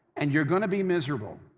and you're going to be miserable.